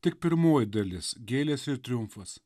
tik pirmoji dalis gėlės ir triumfas